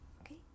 Okay